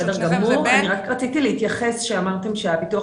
אני רק רציתי להתייחס כשאמרתם שהביטוח